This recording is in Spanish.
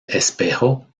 espejo